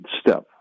step